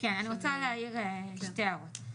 אני רוצה להעיר שתי הערות.